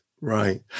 right